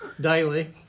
daily